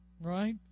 Right